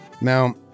Now